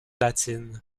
latine